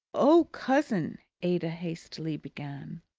oh, cousin ada hastily began.